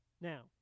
Now